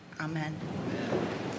amen